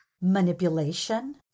Manipulation